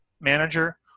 manager